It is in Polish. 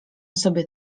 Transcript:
sobie